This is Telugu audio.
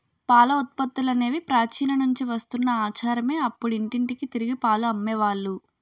పాల ఉత్పత్తులనేవి ప్రాచీన నుంచి వస్తున్న ఆచారమే అప్పుడు ఇంటింటికి తిరిగి పాలు అమ్మే వాళ్ళు